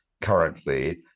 currently